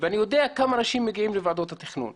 ואני יודע כמה אנשים מגיעים לוועדות התכנון.